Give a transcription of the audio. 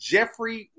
Jeffrey